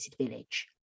village